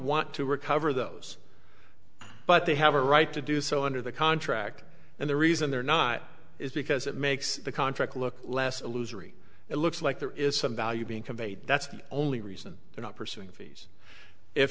recover those but they have a right to do so under the contract and the reason they're not is because it makes the contract look less illusory it looks like there is some value being conveyed that's the only reason they're not pursuing fees if